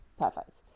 perfect